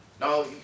No